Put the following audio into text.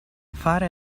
fare